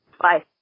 Bye